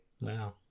Wow